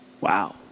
Wow